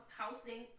housing